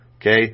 okay